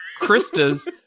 Krista's